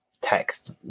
text